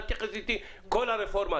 אל תתייחס לכל הרפורמה.